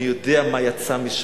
אני יודע מה יצא משם,